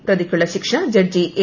പ്രതിക്കുളള ശിക്ഷ judge A